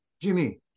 Jimmy